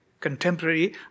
contemporary